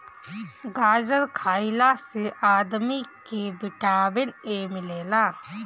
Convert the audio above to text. गाजर खइला से आदमी के विटामिन ए मिलेला